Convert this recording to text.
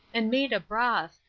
and made a broth,